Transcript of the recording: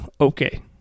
Okay